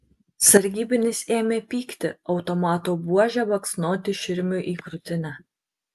sargybinis ėmė pykti automato buože baksnoti širmiui į krūtinę